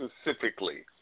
specifically